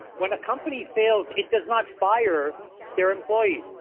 when a company fails, it does not fire their employees.